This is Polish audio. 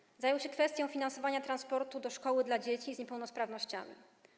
Rzecznik zajął się kwestią finansowania transportu do szkoły dla dzieci z niepełnosprawnościami.